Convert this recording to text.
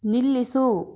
ನಿಲ್ಲಿಸು